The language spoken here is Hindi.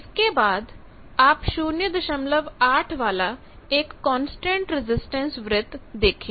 इसके बाद आप 08 वाला एक कांस्टेंट रिएक्टैंस वृत्त देखें